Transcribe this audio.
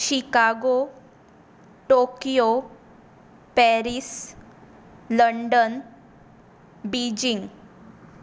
Chicago Tokyo Paris London Beijing